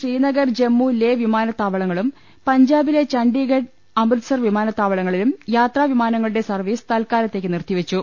ശ്രീനഗർ ജമ്മു ലേ വിമാനത്താവളങ്ങളും ചണ്ഡിഖണ്ഡ് അമൃത്സർ വിമാനത്താവളങ്ങളിലും യാത്രാവിമാനങ്ങളുടെ സർവ്വീസ് തൽക്കാല ത്തേക്ക് നിർത്തിവെച്ചു